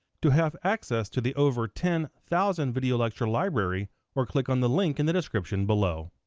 to have access to the over ten thousand video lecture library or click on the link in the description below.